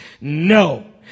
No